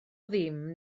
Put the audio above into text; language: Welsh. ddim